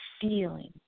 feeling